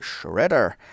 Shredder